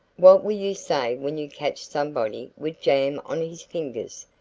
what will you say when you catch somebody with jam on his fingers?